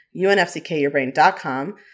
unfckyourbrain.com